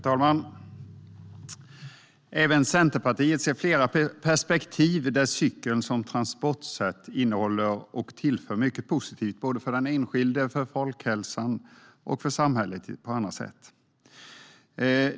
Herr talman! Även Centerpartiet ser flera perspektiv där cykeln som transportsätt tillför mycket positivt för såväl den enskilde och folkhälsan som för samhället på andra sätt.